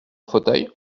fauteuil